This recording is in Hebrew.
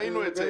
ראינו את זה.